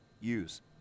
use